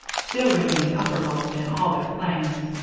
still remained uppermost in all their plans.